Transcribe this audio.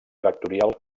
vectorial